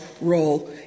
role